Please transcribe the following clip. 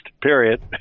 Period